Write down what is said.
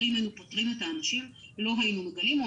אם היינו פוטרים את האנשים לא היינו מודעים לזה,